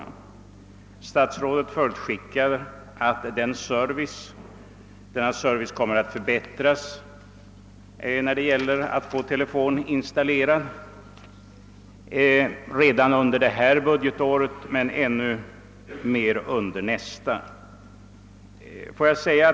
Statsrådet förutskickar att servicen när det gäller att få telefon installerad kommer att förbättras redan under detta budgetår och ännu mer under nästa.